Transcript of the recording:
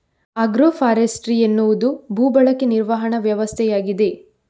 agro forestry ಎನ್ನುವುದು ಭೂ ಬಳಕೆ ನಿರ್ವಹಣಾ ವ್ಯವಸ್ಥೆಯಾಗಿದೆ